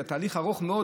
זה היה תהליך ארוך מאוד,